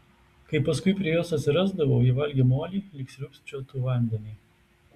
kai paskui prie jos atsirasdavau ji valgė molį lyg sriūbčiotų vandenį